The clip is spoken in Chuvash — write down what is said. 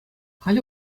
халӗ